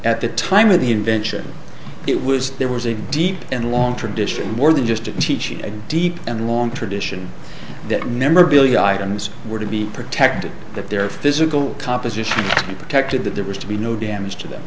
at the time of the invention it was there was a deep and long tradition more than just a deep and long tradition that memorabilia items were to be protected that their physical composition protected that there was to be no damage to them